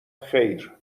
خیر